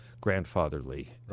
grandfatherly